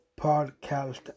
podcast